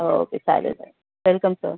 okay चालेल चालेल welcome sir